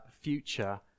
future